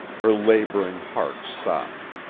her laboring heart stopped.